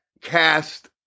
cast